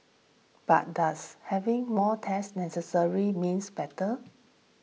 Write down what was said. but does having more tests necessary means better